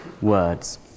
words